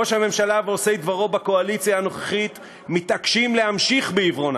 ראש הממשלה ועושי דברו בקואליציה הנוכחית מתעקשים להמשיך בעיוורונם.